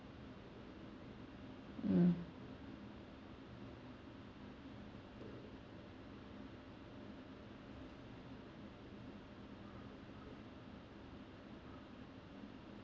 mm